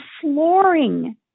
flooring